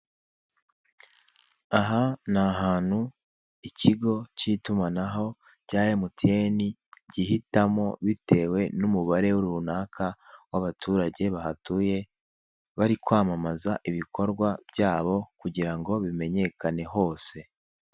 Aha ni ahantu ikigo k'itumanaho cya emutiyeni gihitamo bitewe n'umubare runaka w'abaturage bahatuye bari kwamamaza ibikorwa byabo kugira ngo bimenyekane hose.